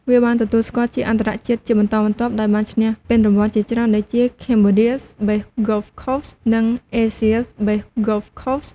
វាបានទទួលស្គាល់ជាអន្តរជាតិជាបន្តបន្ទាប់ ដោយបានឈ្នះពានរង្វាន់ជាច្រើនដូចជា "Cambodia's Best Golf Course" និង "Asia's Best Golf Course"។